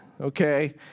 okay